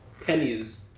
pennies